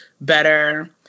better